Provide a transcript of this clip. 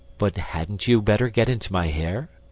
but hadn't you better get into my hair?